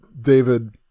David